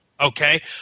Okay